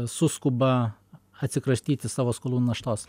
suskuba atsikratyti savo skolų naštos